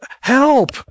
help